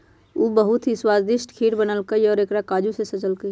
उ बहुत ही स्वादिष्ट खीर बनल कई और ओकरा काजू से सजल कई